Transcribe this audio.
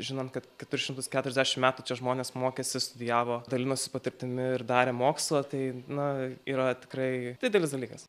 žinant kad keturi šimtus keturiasdešim metų čia žmonės mokėsi studijavo dalinosi patirtimi ir darė mokslą tai na yra tikrai didelis dalykas